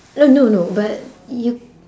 oh no no but you